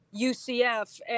UCF